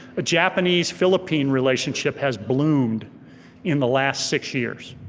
japanese philippine relationship has bloomed in the last six years.